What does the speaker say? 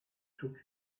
took